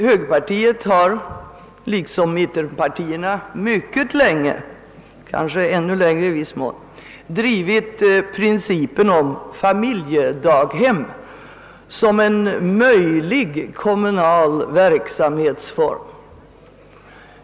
Högerpartiet har liksom mittenpartierna mycket länge, kanske i viss mån längre än dessa, drivit principen om familjedaghem så som en möjlig kommunal verksamhetsform.